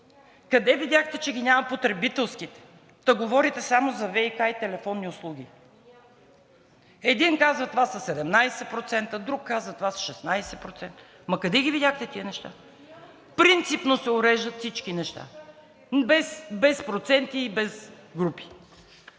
Къде видяхте, че ги няма потребителските, та говорите само за ВиК и телефонни услуги. Един казва това са 17%, друг казва това са 16%. Къде ги видяхте тези неща? Принципно се уреждат всички неща без проценти и без групи.